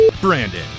Brandon